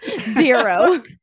Zero